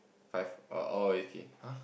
five uh orh okay !huh!